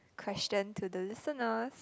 question to the listeners